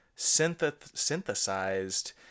synthesized